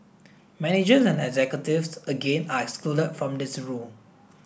managers and executives again are excluded from this rule